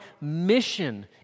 mission